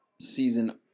season